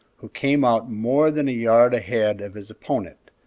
who came out more than a yard ahead of his opponent,